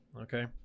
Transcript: Okay